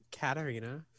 Katarina